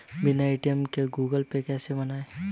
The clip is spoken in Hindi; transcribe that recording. बिना ए.टी.एम के गूगल पे कैसे बनायें?